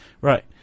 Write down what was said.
Right